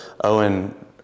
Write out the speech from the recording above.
Owen